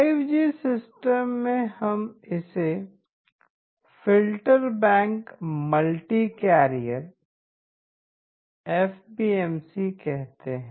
5G system में हम इसे filter bank multi carrier FBMC कहते हैं